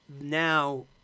Now